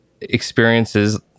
experiences